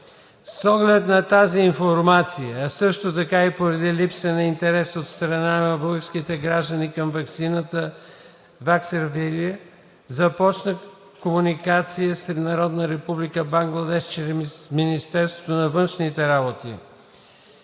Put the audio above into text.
С оглед на тази информация, а също така и поради липсата на интерес от страна на българските граждани към ваксината Vaxzevria, започна комуникация с Народна република Бангладеш чрез Министерството на външните работи.